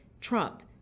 Trump